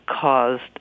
caused